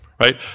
right